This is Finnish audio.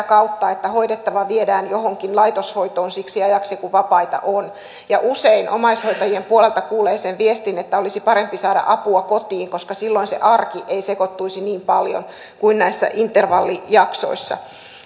kautta että hoidettava viedään johonkin laitoshoitoon siksi ajaksi kun vapaita on usein omaishoitajien puolelta kuulee sen viestin että olisi parempi saada apua kotiin koska silloin se arki ei sekoittuisi niin paljon kuin näissä intervallijaksoissa